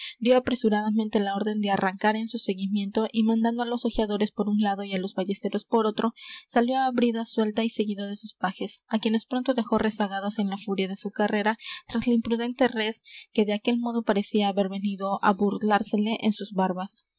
dió apresuradamente la orden de arrancar en su seguimiento y mandando á los ojeadores por un lado y á los ballesteros por otro salió á brida suelta y seguido de sus pajes á quienes pronto dejó rezagados en la furia de su carrera tras la imprudente res que de aquel modo parecía haber venido á burlársele en sus barbas